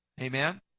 Amen